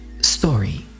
story